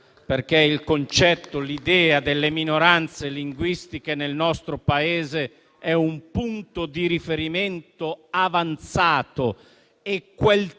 perché il concetto e l'idea delle minoranze linguistiche nel nostro Paese rappresentano un punto di riferimento avanzato. Se quel tipo